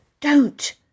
don't